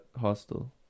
hostel